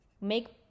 make